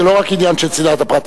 זה לא רק עניין של צנעת הפרט.